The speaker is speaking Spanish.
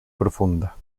profunda